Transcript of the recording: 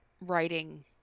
writing